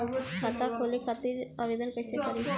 खाता खोले खातिर आवेदन कइसे करी?